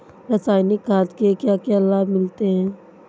रसायनिक खाद के क्या क्या लाभ मिलते हैं?